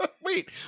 Wait